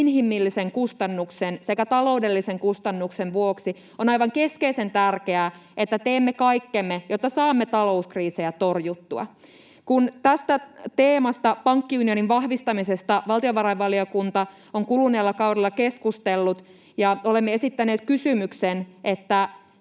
inhimillisen kustannuksen sekä taloudellisen kustannuksen vuoksi on aivan keskeisen tärkeää, että teemme kaikkemme, jotta saamme talouskriisejä torjuttua. Kun tästä teemasta, pankkiunionin vahvistamisesta, valtiovarainvaliokunta on kuluneella kaudella keskustellut ja olemme esittäneet kysymyksen,